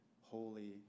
holy